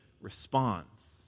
responds